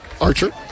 Archer